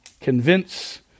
convince